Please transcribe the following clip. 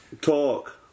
Talk